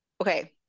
okay